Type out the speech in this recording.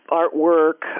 artwork